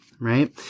right